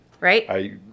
Right